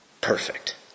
Perfect